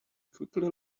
quickly